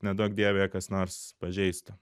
neduok dieve ją kas nors pažeistų